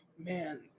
Man